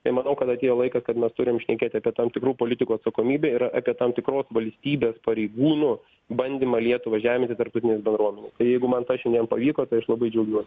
tai manau kad atėjo laikas kad mes turim šnekėti apie tam tikrų politikų atsakomybę ir apie tam tikros valstybės pareigūnų bandymą lietuvą žeminti tarptautinėj bendruomenėj tai jeigu man tas šiandien nepavyko tai aš labai džiaugiuos